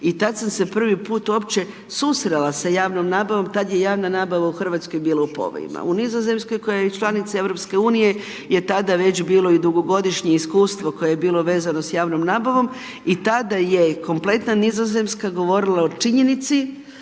i tad sam se prvi put uopće susrela sa javnom nabavom, tad je javna nabava u Hrvatskoj bila i povojima, u Nizozemskoj koja je članica EU-a je tada već bilo i dugogodišnje iskustvo koje bilo vezano sa javnom nabavom i tada je kompletna Nizozemska govorila o činjenici